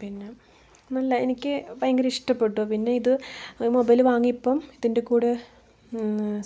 പിന്നെ എനിക്ക് ഭയങ്കര ഇഷ്ടപ്പെട്ടു പിന്നെയിത് മൊബൈൽ വാങ്ങിയപ്പം ഇതിൻ്റെ കൂടെ